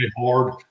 hard